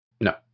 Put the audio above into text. No